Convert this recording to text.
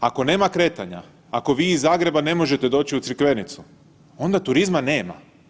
Ako nema kretanja, ako vi iz Zagreba ne možete doći u Crikvenicu onda turizma nema.